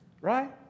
Right